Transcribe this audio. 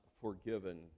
forgiven